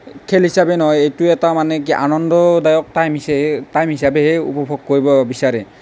খেল হিচাপে নহয় এইটো এটা মানে কি আনন্দদায়ক টাইম হিচাপে টাইম হিচাপেহে উপভোগ কৰিব বিচাৰে